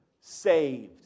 saved